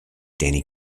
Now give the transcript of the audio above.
danny